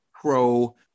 pro